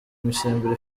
misemburo